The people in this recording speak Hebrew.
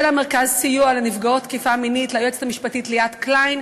למרכז סיוע לנפגעות תקיפה מינית: ליועצת המשפטית ליאת קליין